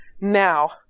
now